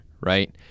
Right